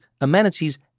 amenities